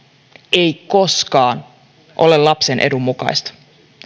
ei koskaan ole lapsen edun mukaista